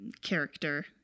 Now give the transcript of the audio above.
character